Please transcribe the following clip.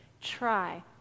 try